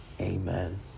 amen